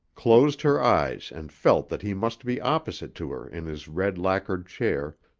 closed her eyes and felt that he must be opposite to her in his red-lacquered chair,